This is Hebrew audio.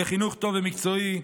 לחינוך טוב ומקצועי,